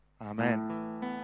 Amen